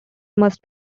must